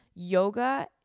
yoga